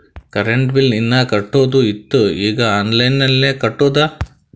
current bill ಹೀನಾ ಕಟ್ಟದು ಇತ್ತು ಈಗ ಆನ್ಲೈನ್ಲೆ ಕಟ್ಟುದ